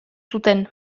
zuten